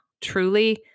Truly